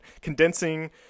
condensing